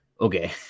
okay